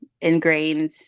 ingrained